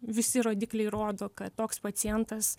visi rodikliai rodo kad toks pacientas